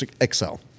excel